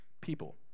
people